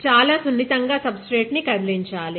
చాలా సున్నితంగా సబ్స్టేట్ ను కదిలించాలి